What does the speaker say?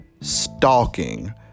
stalking